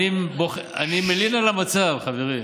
אני מלין על המצב, חברים.